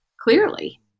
clearly